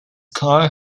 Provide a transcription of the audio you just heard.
car